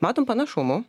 matom panašumų